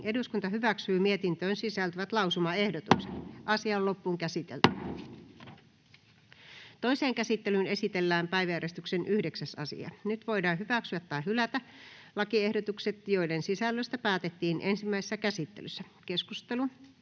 eduskunnalle laiksi vaalilain muuttamisesta Time: N/A Content: Toiseen käsittelyyn esitellään päiväjärjestyksen 6. asia. Nyt voidaan hyväksyä tai hylätä lakiehdotus, jonka sisällöstä päätettiin ensimmäisessä käsittelyssä. — Keskustelu,